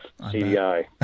CDI